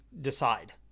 decide